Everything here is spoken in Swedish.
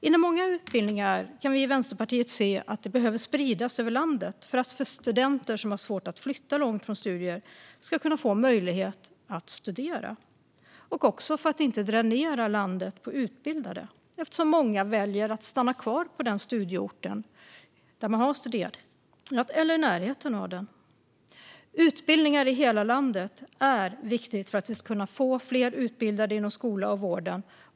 Vi i Vänsterpartiet kan se att många utbildningar behöver spridas över landet för att studenter som har svårt att flytta långt för studier ska få möjlighet att studera och också för att man inte ska dränera landet på utbildade - många väljer att stanna kvar på den studieort där de har studerat eller i närheten av den. Utbildningar i hela landet är viktigt för att vi ska kunna få fler utbildade inom skolan och vården.